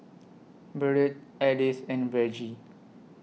Burdette Edith and Vergie